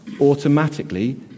automatically